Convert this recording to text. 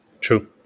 True